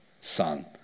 son